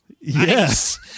Yes